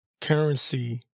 currency